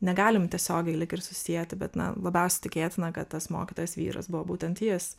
negalim tiesiogiai lyg ir susieti bet na labiausiai tikėtina kad tas mokytojas vyras buvo būtent jis